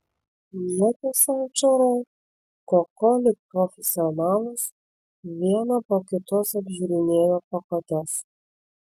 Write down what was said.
nieko sau čaro koko lyg profesionalas vieną po kitos apžiūrinėjo pakuotes